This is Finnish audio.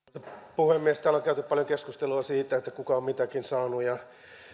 puhemies täällä on käyty paljon keskustelua siitä kuka on mitäkin saanut ja